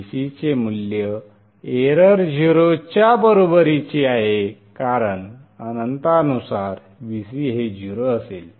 Vc चे मूल्य error 0 च्या बरोबरीची आहे कारण अनंतानुसार Vc हे 0 असेल